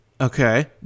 Okay